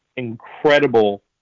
incredible